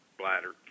bladder